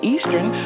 Eastern